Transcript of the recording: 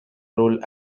role